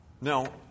Now